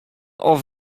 oft